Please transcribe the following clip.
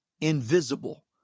invisible